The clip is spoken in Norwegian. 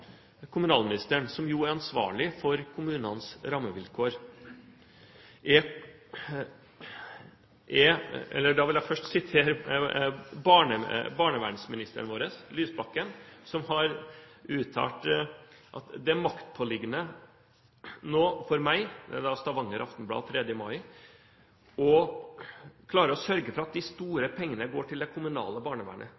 kommunalministeren, som er ansvarlig for kommunenes rammevilkår, vil jeg først sitere barneministeren vår, Lysbakken, som har uttalt: «Maktpåliggende nå for meg» – det er til Stavanger Aftenblad 3. mai – «er å klare å sørge for at de